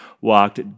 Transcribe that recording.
walked